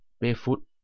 Barefoot